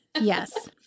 Yes